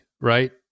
right